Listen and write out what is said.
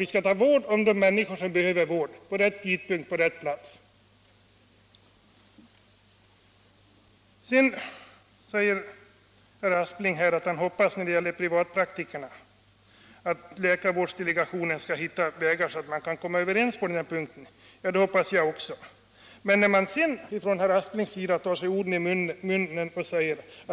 Vi skall ta vård om de människor som behöver vård och göra det på rätt tidpunkt och på rätt plats. När det gäller privatpraktikerna hoppas herr Aspling att läkarvårdsdelegationen skall finna vägar som gör det möjligt att komma överens på den här punkten. Det hoppas jag också. Men sedan sade herr Aspling att